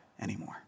anymore